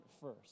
first